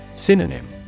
Synonym